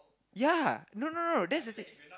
ya no no no that's the thing